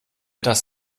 dass